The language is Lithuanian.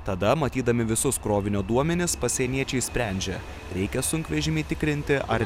tada matydami visus krovinio duomenis pasieniečiai sprendžia reikia sunkvežimį tikrinti ar